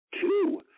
Two